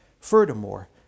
Furthermore